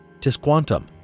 Tisquantum